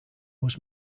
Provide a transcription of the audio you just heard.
was